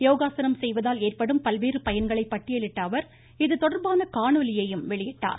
யோகாசனம் செய்வதால் ஏற்படும் பல்வேறு பயன்களை பட்டியலிட்ட அவர் இதுதொடர்பான காணொலியையும் வெளியிட்டார்